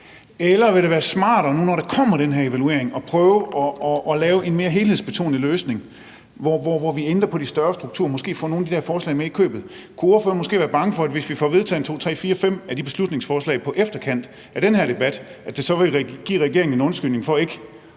eller vil det være smartere nu, når der kommer den her evaluering, at prøve at lave en mere helhedsorienteret løsning, hvor vi ændrer på de større strukturer og måske prøver at få nogle af de her forslag med i købet? Kunne ordføreren måske være bange for, at det – hvis vi får vedtaget to, tre, fire, fem af de her beslutningsforslag på bagkant af den her debat – så vil give regeringen en undskyldning for ikke